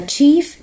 Chief